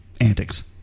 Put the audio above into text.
antics